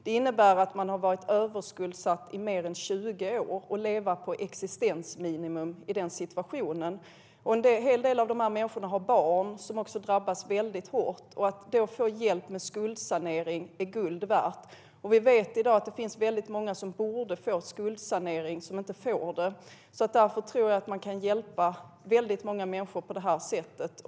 Det innebär att man har varit överskuldsatt i över 20 år och levt på existensminimum. En hel del av de här människorna har barn, och de drabbas hårt. Att få hjälp med skuldsanering är guld värt. Vi vet i dag att det finns många som borde få skuldsanering men inte får det. Därför tror jag att man kan hjälpa många människor på det här sättet.